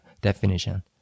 definition